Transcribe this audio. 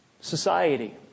society